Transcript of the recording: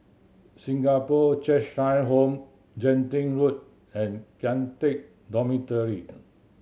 Singapore Cheshire Home Genting Road and Kian Teck Dormitoried